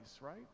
right